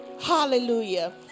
Hallelujah